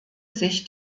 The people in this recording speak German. sich